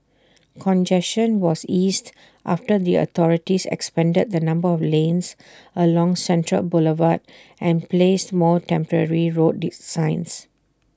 congestion was eased after the authorities expanded the number of lanes along central Boulevard and placed more temporary road signs